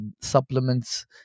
supplements